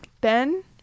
Ben